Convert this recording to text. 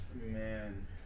Man